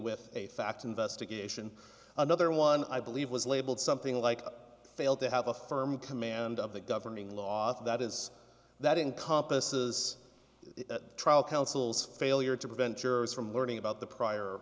with a fact investigation another one i believe was labeled something like fail to have a firm command of the governing law that is that in compas is the trial counsel's failure to prevent jurors from learning about the prior